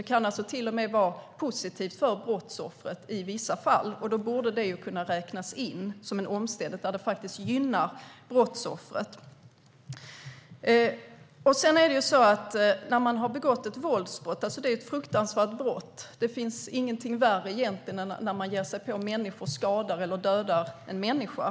Det kan alltså till och med vara positivt för brottsoffret i vissa fall, och då borde det kunna räknas in som en omständighet där det faktiskt gynnar brottsoffret. Ett våldsbrott är ett fruktansvärt brott. Det finns egentligen inget värre än när någon ger sig på en människa, skadar eller dödar en människa.